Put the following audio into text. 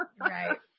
Right